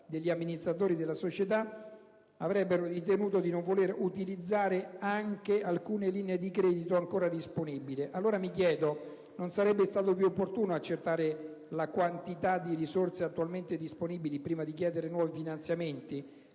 gli amministratori della società avrebbero ritenuto di non dover utilizzare anche alcune linee di credito ancora disponibili. Allora, mi chiedo se non sarebbe stato più opportuno accertare la quantità di risorse attualmente disponibili prima di chiedere nuovi finanziamenti.